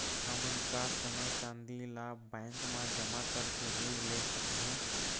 हमन का सोना चांदी ला बैंक मा जमा करके ऋण ले सकहूं?